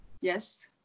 Yes